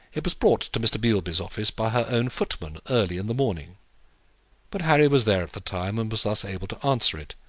it was brought to mr. beilby's office by her own footman early in the morning but harry was there at the time, and was thus able to answer it,